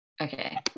okay